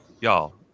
y'all